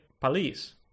police